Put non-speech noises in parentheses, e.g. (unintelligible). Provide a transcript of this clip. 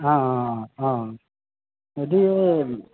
অঁ অঁ (unintelligible)